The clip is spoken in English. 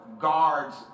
guards